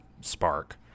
spark